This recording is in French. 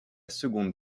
seconde